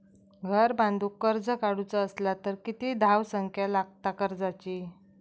घर बांधूक कर्ज काढूचा असला तर किती धावसंख्या लागता कर्जाची?